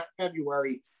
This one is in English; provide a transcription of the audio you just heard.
February